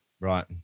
right